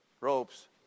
ropes